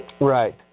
Right